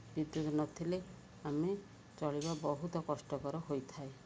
ବିଦ୍ୟୁତ ନ ଥିଲେ ଆମେ ଚଳିବା ବହୁତ କଷ୍ଟକର ହୋଇଥାଏ